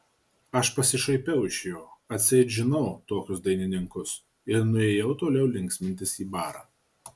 aš pasišaipiau iš jo atseit žinau tokius dainininkus ir nuėjau toliau linksmintis į barą